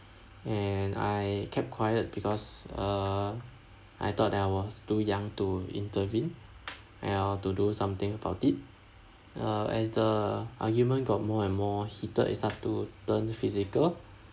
and I kept quiet because uh I thought that I was too young to intervene you know to do something about it uh as the argument got more and more heated it start to turned physical